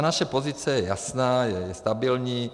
Naše pozice je jasná, je stabilní.